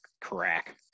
crack